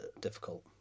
difficult